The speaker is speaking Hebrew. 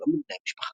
שלא מבני המשפחה.